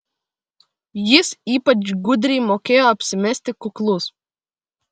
jis ypač gudriai mokėjo apsimesti kuklus